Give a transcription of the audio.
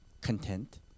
content